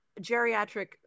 geriatric